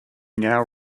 now